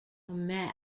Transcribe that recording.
met